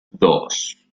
dos